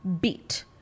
beat